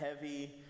heavy